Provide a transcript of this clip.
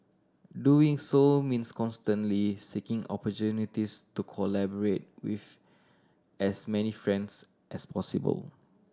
doing so means constantly seeking opportunities to collaborate with as many friends as possible